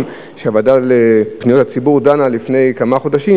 שהוועדה לפניות הציבור דנה בו לפני כמה חודשים.